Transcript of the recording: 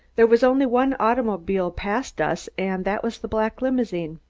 there was only one automobile passed us and that was the black limousine.